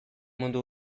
mundu